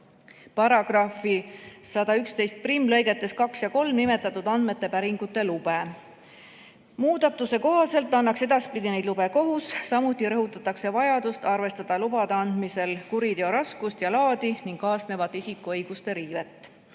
seaduse § 1111lõigetes 2 ja 3 nimetatud andmete päringute lube. Muudatuse kohaselt annaks edaspidi neid lube kohus, samuti rõhutatakse vajadust arvestada lubade andmisel kuriteo raskust ja laadi ning kaasnevat isikuõiguste riivet.